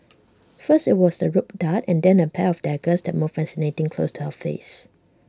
first IT was the rope dart and then A pair of daggers that moved fascinatingly close to her face